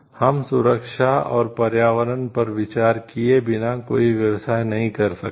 हम सुरक्षा और पर्यावरण पर विचार किए बिना कोई व्यवसाय नहीं कर सकते